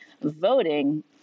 voting